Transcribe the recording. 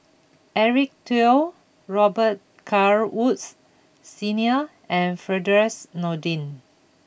Eric Teo Robet Carr Woods Senior and Firdaus Nordin